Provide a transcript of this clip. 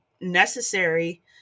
necessary